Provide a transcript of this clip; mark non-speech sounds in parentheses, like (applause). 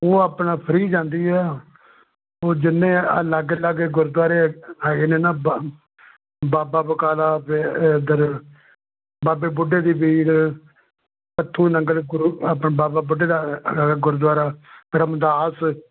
ਉਹ ਆਪਣਾ ਫਰੀ ਜਾਂਦੀ ਹੈ ਉਹ ਜਿੰਨੇ ਅਲੱਗ ਅਲੱਗ ਗੁਰਦੁਆਰੇ ਹੈਗੇ ਨੇ ਨਾ ਬਾ ਬਾਬਾ ਬਕਾਲਾ ਇੱਧਰ ਬਾਬੇ ਬੁੱਢੇ ਦੀ ਬੀੜ ਕੱਥੂ ਨੰਗਲ ਗੁਰੂ (unintelligible) ਬਾਬਾ ਬੁੱਢੇ ਦਾ ਗੁਰਦੁਆਰਾ ਰਾਮਦਾਸ